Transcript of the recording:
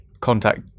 contact